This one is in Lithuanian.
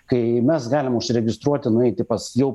kai mes galim užregistruoti nueiti pas jau